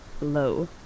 low